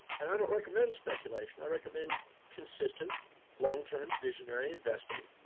and i don't recommend speculation. i recommend consistent longterm visionary investing.